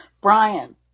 Brian